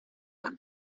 and